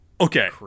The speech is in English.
Okay